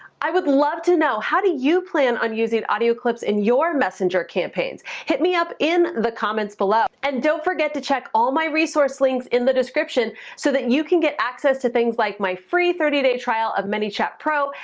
i would love to know how do you plan, on using audio clips in your messenger campaigns? hit me up in the comments below. and don't forget to check all my resource links in the description so that you can get access to things like my free thirty day trial of manychat pro,